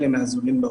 זה לא נגזר מזה.